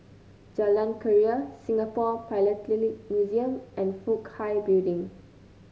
Jalan Keria Singapore Philatelic Museum and Fook Hai Building